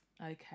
Okay